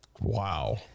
Wow